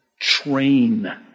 train